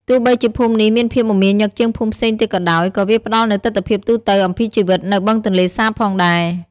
ទោះបីជាភូមិនេះមានភាពមមាញឹកជាងភូមិផ្សេងទៀតក៏ដោយ ក៏វាផ្តល់នូវទិដ្ឋភាពទូទៅអំពីជីវិតនៅបឹងទន្លេសាបផងដែរ។